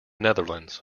netherlands